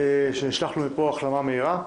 נשלח לו מפה החלמה מהירה.